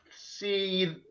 see